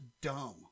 dumb